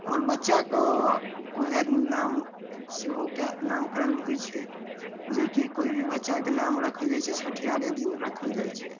आओर बच्चा के ओहे नाम सेहो कए नामकरण होइ छै जेकि कोई भी बच्चाके नाम राखल जाइ छै छठिहारे दिन राखल जाइ छै